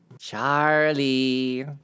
Charlie